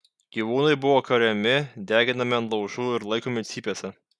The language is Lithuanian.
gyvūnai buvo kariami deginami ant laužų ir laikomi cypėse